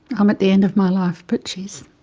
i'm at the end of my life but she's